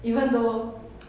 even though